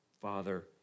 Father